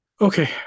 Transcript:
okay